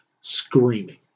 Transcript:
screaming